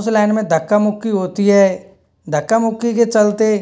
उस लाइन में धक्का मुक्की होती है धक्का मुक्की के चलते